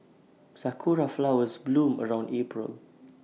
Sakura Flowers bloom around April